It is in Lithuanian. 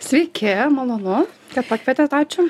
sveiki malonu kad pakvietėt ačiū